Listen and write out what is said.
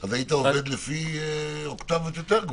אז היית עובד לפי אוקטבות יותר גבוהות.